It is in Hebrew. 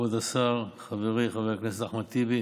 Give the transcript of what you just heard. כבוד השר, חברי חבר הכנסת אחמד טיבי,